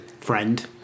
friend